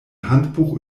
handbuch